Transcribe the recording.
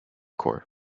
corps